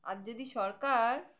আর যদি সরকার